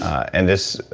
and this,